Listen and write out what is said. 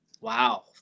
wow